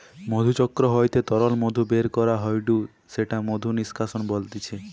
মধুচক্র হইতে তরল মধু বের করা হয়ঢু সেটা মধু নিষ্কাশন বলতিছে